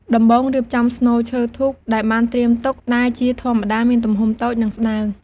ដំបូងរៀបចំស្នូលឈើធូបដែលបានត្រៀមទុកដែលជាធម្មតាមានទំហំតូច និងស្តើង។